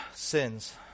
sins